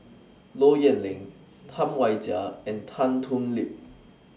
Low Yen Ling Tam Wai Jia and Tan Thoon Lip